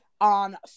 On